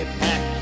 pack